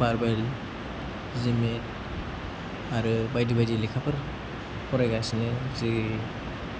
barbell जिमेट आरो बायदि बायदि लेखाफोर फरायगासिनो जि